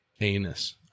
Anus